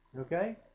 Okay